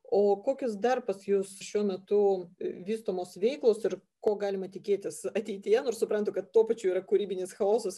o kokios dar pas jus šiuo metu vystomos veiklos ir ko galima tikėtis ateityje nors suprantu kad tuo pačiu ir kūrybinis chaosas